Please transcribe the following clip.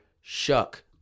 Shuck